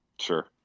Sure